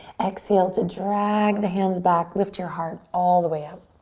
exhale to drag the hands back, lift your heart all the way out.